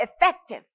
effective